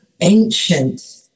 ancient